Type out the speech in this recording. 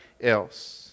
else